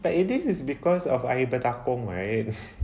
but aedes is because of air bertakung right